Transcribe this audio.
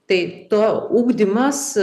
tai to ugdymas